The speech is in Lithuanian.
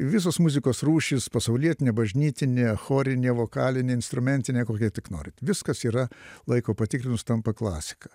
visos muzikos rūšys pasaulietinė bažnytinė chorinė vokalinė instrumentinė kokia tik norit viskas yra laiko patikrinus tampa klasika